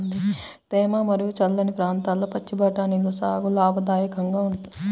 తేమ మరియు చల్లని ప్రాంతాల్లో పచ్చి బఠానీల సాగు లాభదాయకంగా ఉంటుంది